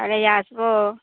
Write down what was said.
তাহলে আসবো